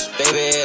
baby